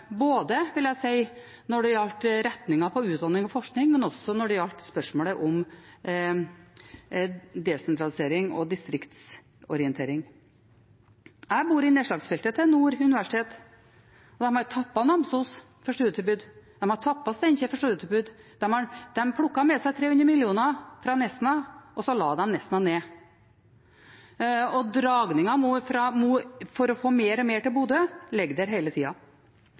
både når det gjaldt retningen på utdanning og forskning, og også når det gjaldt spørsmålet om desentralisering og distriktsorientering. Jeg bor i nedslagsfeltet til Nord universitet. De har tappet Namsos for studietilbud, de har tappet Steinkjer for studietilbud. De plukket med seg 300 mill. kr fra Nesna, og så la de Nesna ned. Dragningen for å få mer og mer til Bodø ligger der hele tida.